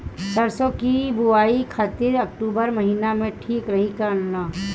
सरसों की बुवाई खाती अक्टूबर महीना ठीक रही की ना?